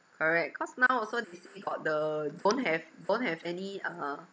correct cause now also easily got the don't have don't have any uh